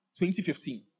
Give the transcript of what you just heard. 2015